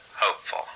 hopeful